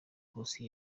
nkusi